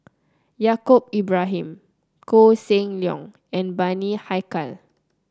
Yaacob Ibrahim Koh Seng Leong and Bani Haykal